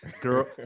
girl